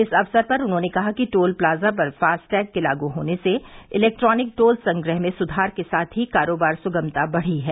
इस अवसर पर उन्होंने कहाकि टोल प्लाजा पर फास्टैग के लागू होने से इलेक्ट्रॉनिक टोल संग्रह में सुधार के साथ ही कारोबार सुगमता बढ़ी है